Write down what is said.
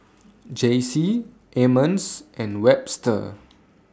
Jaycie Emmons and Webster